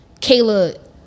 Kayla